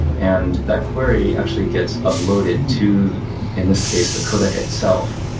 and that query actually gets uploaded to in this case, the codec itself.